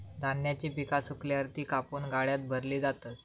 धान्याची पिका सुकल्यावर ती कापून गाड्यात भरली जातात